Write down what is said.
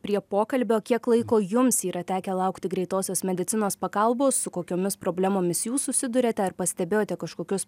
prie pokalbio kiek laiko jums yra tekę laukti greitosios medicinos pagalbos su kokiomis problemomis jūs susiduriate ar pastebėjote kažkokius